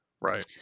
Right